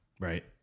Right